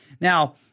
Now